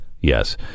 yes